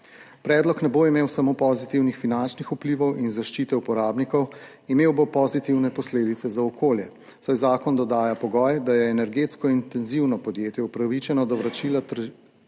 Predlog ne bo imel samo pozitivnih finančnih vplivov in zaščite uporabnikov, imel bo pozitivne posledice za okolje, saj zakon dodaja pogoj, da je energetsko intenzivno podjetje upravičeno do vračila trošarine